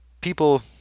people